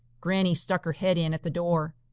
granny stuck her head in at the door.